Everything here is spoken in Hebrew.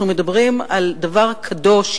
אנחנו מדברים על עניין קדוש,